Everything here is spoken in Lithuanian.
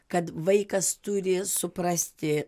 kad vaikas turi suprasti